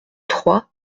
trois